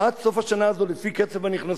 עד סוף השנה הזאת, לפי קצב הנכנסים,